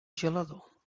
gelador